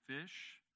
fish